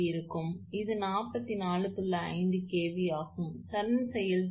எனவே சரம் செயல்திறன் 25